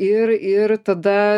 ir ir tada